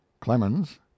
clemens